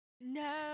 No